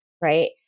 right